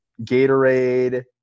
Gatorade